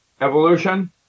Evolution